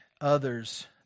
others